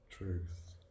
Truth